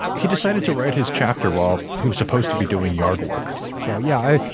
he decided to write his chapter while he was supposed to be doing yard work so, yeah.